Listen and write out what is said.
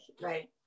right